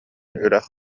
үрэх